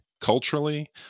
culturally